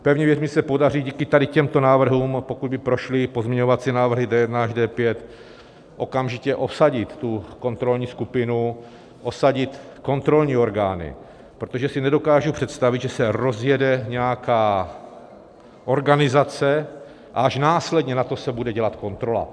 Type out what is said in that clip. Pevně věřím, že se podaří díky těmto návrhům, pokud by prošly pozměňovací návrhy D1 až D5, okamžitě osadit kontrolní skupinu, osadit kontrolní orgány, protože si nedokážu představit, že se rozjede nějaká organizace a až následně nato se bude dělat kontrola.